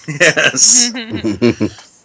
Yes